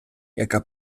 яка